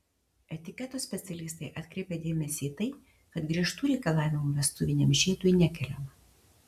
etiketo specialistai atkreipia dėmesį tai kad griežtų reikalavimų vestuviniam žiedui nekeliama